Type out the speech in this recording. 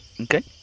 Okay